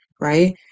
right